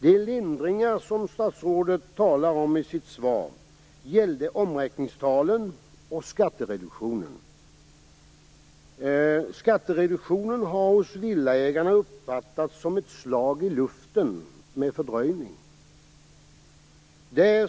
De lindringar som statsrådet talar om i sitt svar gällde omräkningstalen och skattereduktionen. Skattereduktionen har hos villaägarna uppfattats som ett slag i luften med fördröjning.